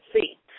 see